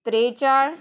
त्रेचाळीस